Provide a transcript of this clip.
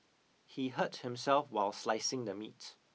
he hurt himself while slicing the meat